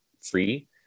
free